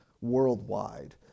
worldwide